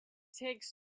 takes